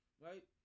right